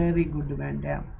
the now